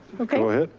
okay,